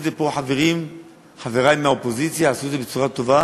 חברי מהאופוזיציה עשו את זה בצורה טובה,